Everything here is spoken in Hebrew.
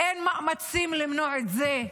אין מאמצים למנוע את זה?